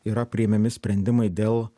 yra priimami sprendimai dėl